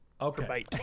Okay